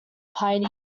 piny